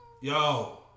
Yo